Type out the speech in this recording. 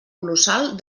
colossal